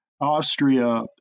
Austria